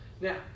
Now